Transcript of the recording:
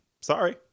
sorry